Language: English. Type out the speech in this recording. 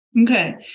Okay